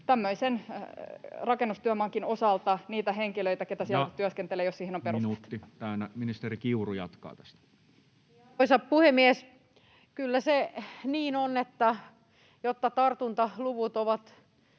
tämmöisen rakennustyömaankin osalta niitä henkilöitä, keitä siellä työskentelee, jos siihen on perusteet. Ja minuutti täynnä. — Ministeri Kiuru jatkaa tästä. Arvoisa puhemies! Kyllä se niin on, että koska tartuntaluvut ovat